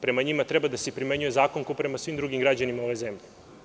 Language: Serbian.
Prema njima treba da se primenjuje zakon kao prema svim drugim građanima ove zemlje.